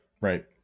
right